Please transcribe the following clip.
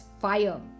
fire